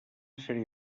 sèrie